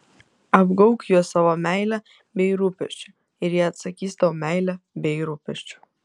apgaubk juos savo meile bei rūpesčiu ir jie atsakys tau meile bei rūpesčiu